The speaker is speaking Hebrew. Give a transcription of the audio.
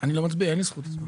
אני לא מצביע, אין לי זכות הצבעה.